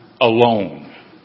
alone